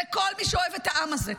וכל מי שאוהב את העם הזה,